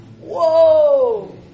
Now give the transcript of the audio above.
Whoa